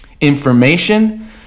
information